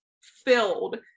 filled